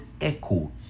echo